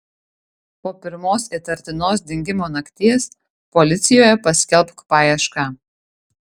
po pirmos įtartinos dingimo nakties policijoje paskelbk paiešką